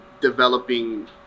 developing